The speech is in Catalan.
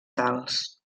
tals